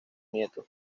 nieto